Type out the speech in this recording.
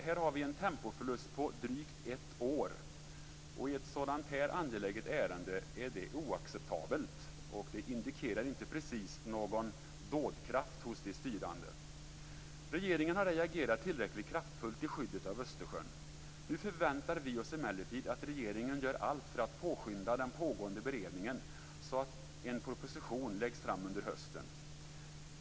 Här har vi en tempoförlust på drygt ett år. I ett så här angeläget ärende är det oacceptabelt. Det indikerar ju inte precis någon dådkraft hos de styrande. Regeringen har ej agerat tillräckligt kraftfullt i fråga om skyddet av Östersjön. Nu förväntar vi oss emellertid att regeringen gör allt för att påskynda den pågående beredningen så att en proposition läggs fram under hösten.